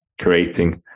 creating